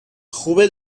خوبه